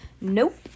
nope